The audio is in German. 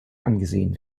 angesehen